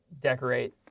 decorate